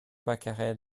pacarel